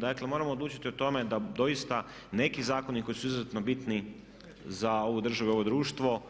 Dakle moramo odlučiti o tome da doista neki zakoni koji su izuzetno bitni za ovu državu i ovo društvo